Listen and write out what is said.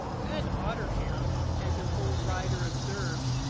good otter-hounds, as an old writer observes,